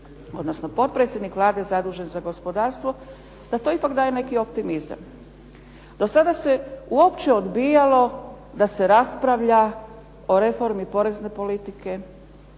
odnosno potpredsjednik Vlade zadužen za gospodarstvo, da to ipak daje neki optimizam. Do sada se uopće odbijalo da se raspravlja o reformi porezne politike,